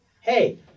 Hey